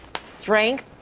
strength